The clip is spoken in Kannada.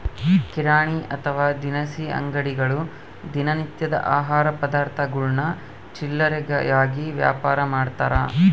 ಕಿರಾಣಿ ಅಥವಾ ದಿನಸಿ ಅಂಗಡಿಗಳು ದಿನ ನಿತ್ಯದ ಆಹಾರ ಪದಾರ್ಥಗುಳ್ನ ಚಿಲ್ಲರೆಯಾಗಿ ವ್ಯಾಪಾರಮಾಡ್ತಾರ